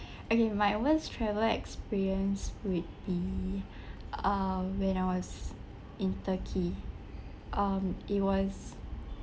okay my worst travel experience would be um when I was in turkey um it was